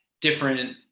different